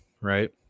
right